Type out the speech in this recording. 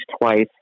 twice